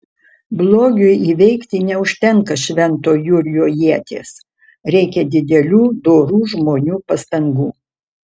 blogiui įveikti neužtenka švento jurgio ieties reikia didelių dorų žmonių pastangų